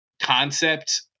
concept